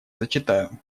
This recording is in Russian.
зачитаю